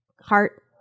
heart